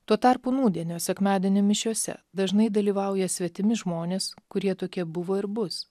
tuo tarpu nūdienio sekmadienio mišiose dažnai dalyvauja svetimi žmonės kurie tokie buvo ir bus